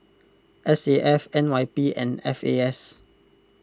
S A F N Y P and F A S